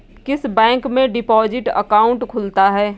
किस बैंक में deposit account खुलता है?